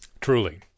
Truly